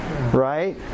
right